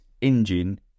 engine